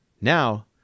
Now